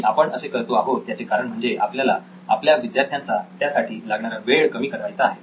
आणि आपण असे करतो आहोत याचे कारण म्हणजे आपल्याला आपल्या विद्यार्थ्यांचा त्यासाठी लागणारा वेळ कमी करावयाचा आहे